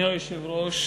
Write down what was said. אדוני היושב-ראש,